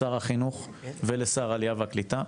לשר החינוך ולשר העלייה והקליטה.